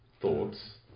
thoughts